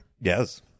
yes